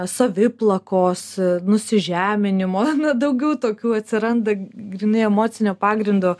saviplakos nusižeminimo na daugiau tokių atsiranda grynai emocinio pagrindo